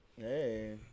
hey